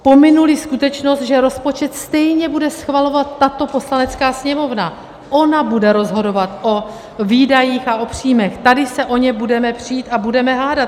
Pominuli skutečnost, že rozpočet stejně bude schvalovat tato Poslanecká sněmovna, ona bude rozhodovat o výdajích a o příjmech, tady se o ně budeme přít a budeme hádat.